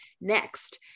Next